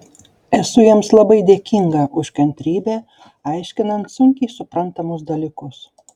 esu jiems labai dėkinga už kantrybę aiškinant sunkiai suprantamus dalykus